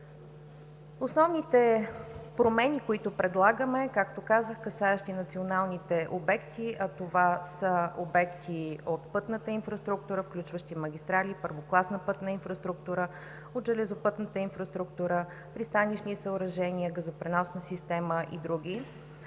Основните промени, които предлагаме, както казах, касаещи националните обекти, а това са обекти от пътната инфраструктура, включващи магистрали и първокласна инфраструктура; от железопътната инфраструктура – пристанищни съоръжения; газопреносна система и други,